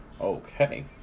Okay